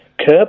curb